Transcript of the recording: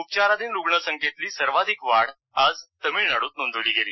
उपचाराधीन रुग्ण संख्येतली सर्वाधिक वाढ आज तमिळनाडूत नोंदवली गेली